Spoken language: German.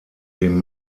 dem